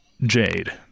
Jade